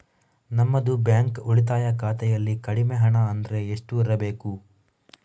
ನಮ್ಮದು ಬ್ಯಾಂಕ್ ಉಳಿತಾಯ ಖಾತೆಯಲ್ಲಿ ಕಡಿಮೆ ಹಣ ಅಂದ್ರೆ ಎಷ್ಟು ಇರಬೇಕು?